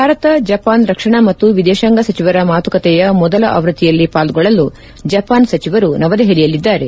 Bharat Japan ರಕ್ಷಣಾ ಮತ್ತು ವಿದೇಶಾಂಗ ಸಚಿವರ ಮಾತುಕತೆಯ ಮೊದಲ ಆವೃತ್ತಿಯಲ್ಲಿ ಪಾಲ್ಗೊಳ್ಳಲು ಜಪಾನ್ ಸಚಿವರು ನವದೆಪಲಿಯಲ್ಲಿದ್ದಾರೆ